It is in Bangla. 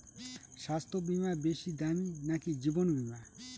স্বাস্থ্য বীমা বেশী দামী নাকি জীবন বীমা?